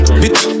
bitch